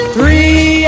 Three